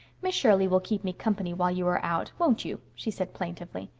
miss shirley will keep me company while you are out won't you? she said plaintively.